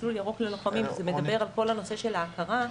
זה מדבר על כל נושא ההכרה.